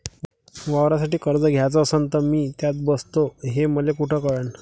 वावरासाठी कर्ज घ्याचं असन तर मी त्यात बसतो हे मले कुठ कळन?